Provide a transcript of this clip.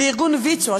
ולארגון ויצו,